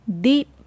deep